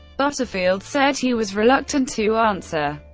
butterfield said he was reluctant to answer,